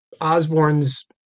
Osborne's